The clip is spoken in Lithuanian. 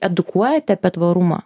edukuojate apie tvarumą